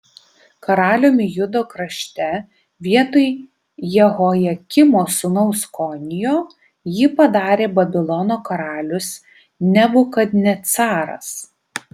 karaliumi judo krašte vietoj jehojakimo sūnaus konijo jį padarė babilono karalius nebukadnecaras